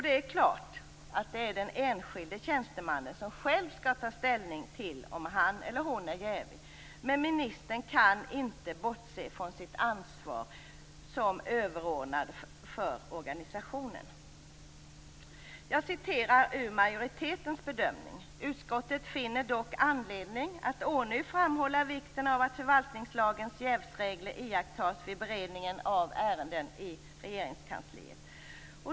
Det är klart att det är den enskilde tjänstemannen som själv skall ta ställning till om han eller hon är jävig, men ministern kan inte bortse från sitt ansvar som överordnad för organisationen. Jag citerar ur majoritetens bedömning: "Utskottet finner dock anledning att ånyo framhålla vikten av att förvaltningslagens jävsregler iakttas vid beredningen av ärenden i Regeringskansliet.